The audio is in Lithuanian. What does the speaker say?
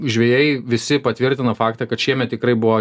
žvejai visi patvirtino faktą kad šiemet tikrai buvo